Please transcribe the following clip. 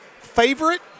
favorite –